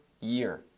year